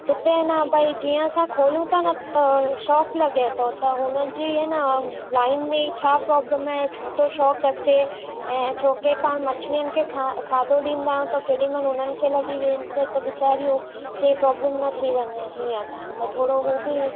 हुते अइन भई जीअं असां खोलियूं था न त शॉक लॻे थो त हुननि जी अन लाइन में ई छा प्रोब्लम आहे छो तो शॉक अचे ऐं छोकी पाणि मछलियुनि खे ख खाधो ॾींदा आहियूं त केॾी महिल उन्हनि खे लॻी वेंदे त वेचारियुनि खे प्रोब्लम न थी वञे हीअं त थोरो हू बि